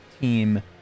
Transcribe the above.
team